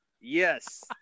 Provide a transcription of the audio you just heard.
yes